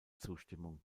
zustimmung